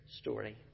story